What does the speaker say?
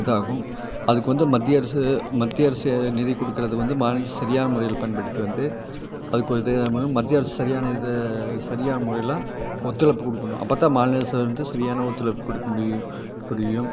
இதாகும் அதுக்கு வந்து மத்திய அரசு மத்திய அரசு நிதி கொடுக்குறது வந்து மாநில அரசு சரியான முறையில் பயன்படுத்தி வந்து அதுக்கு ஒரு இது பண்ணணும் மத்திய அரசு சரியான இதை சரியான முறையில் ஒத்துழைப்பு கொடுக்கணும் அப்போதான் மாநில அரசு வந்து சரியான ஒத்துழைப்பு கொடுக்க முடியும் முடியும்